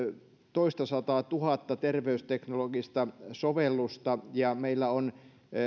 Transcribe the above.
toistasataatuhatta terveysteknologista sovellusta ja meillä on